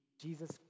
Jesus